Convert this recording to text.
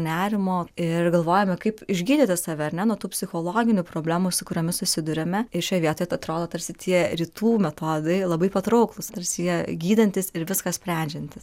nerimo ir galvojame kaip išgydyti save ar ne nuo tų psichologinių problemų su kuriomis susiduriame ir šioj vietoj tai atrodo tarsi tie rytų metodai labai patrauklūs tarsi jie gydantys ir viską sprendžiantys